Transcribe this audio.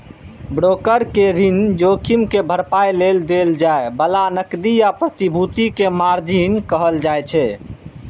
broker कें ऋण जोखिम के भरपाइ लेल देल जाए बला नकदी या प्रतिभूति कें मार्जिन कहल जाइ छै